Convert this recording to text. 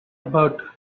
about